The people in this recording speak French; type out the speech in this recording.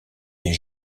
des